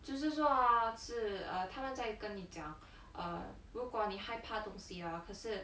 就是说 hor 是 err 他们在跟你讲 err 如果你害怕东西 hor 可是